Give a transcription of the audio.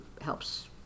helps